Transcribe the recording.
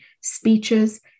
speeches